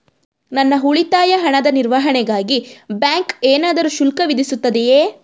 ನನ್ನ ಉಳಿತಾಯ ಹಣದ ನಿರ್ವಹಣೆಗಾಗಿ ಬ್ಯಾಂಕು ಏನಾದರೂ ಶುಲ್ಕ ವಿಧಿಸುತ್ತದೆಯೇ?